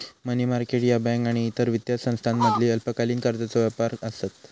मनी market ह्या बँका आणि इतर वित्तीय संस्थांमधील अल्पकालीन कर्जाचो व्यापार आसत